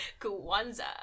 Kwanzaa